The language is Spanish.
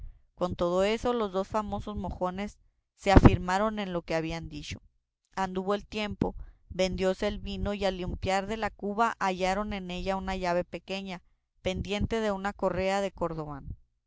con todo eso los dos famosos mojones se afirmaron en lo que habían dicho anduvo el tiempo vendióse el vino y al limpiar de la cuba hallaron en ella una llave pequeña pendiente de una correa de cordobán